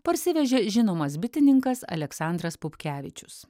parsivežė žinomas bitininkas aleksandras pupkevičius